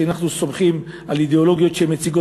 אנחנו סומכים על אידיאולוגיות שהם מציגים